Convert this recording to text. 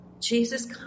Jesus